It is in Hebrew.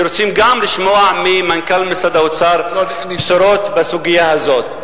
שרוצים לשמוע ממנכ"ל משרד האוצר בשורות בסוגיה הזאת.